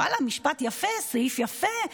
ואללה, משפט יפה, סעיף יפה.